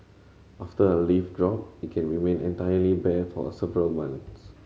after a leaf drop it can remain entirely bare for a several months